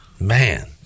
man